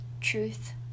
truth